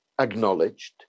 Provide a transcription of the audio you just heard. acknowledged